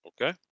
Okay